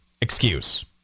excuse